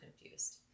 confused